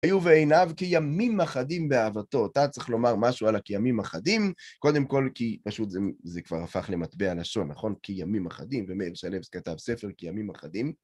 היו בעיניו כימים אחדים באהבתו אותה. צריך לומר משהו על הכימים האחדים. קודם כל, כי פשוט זה כבר הפך למטבע לשון, נכון? כימים אחדים, ומאיר שלו כתב ספר, כימים אחדים.